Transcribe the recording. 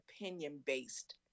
opinion-based